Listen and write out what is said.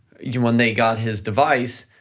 you when they got his device,